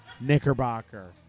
Knickerbocker